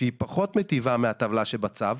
שהיא פחות מיטיבה מהבטלה שבצו.